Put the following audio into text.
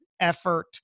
effort